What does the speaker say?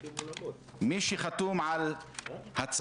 אני לא חושב שאתה ידעת מזה,